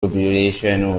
population